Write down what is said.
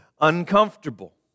uncomfortable